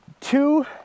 two